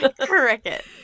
Cricket